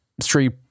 street